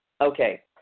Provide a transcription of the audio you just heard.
Okay